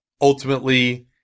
ultimately